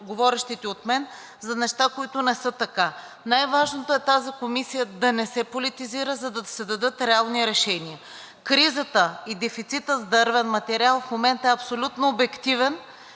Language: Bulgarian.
преждеговорившите от мен за неща, които не са така. Най-важното е тази комисия да не се политизира, за да се дадат реални решения. Кризата и дефицитът с дървен материал в момента е абсолютно обективен,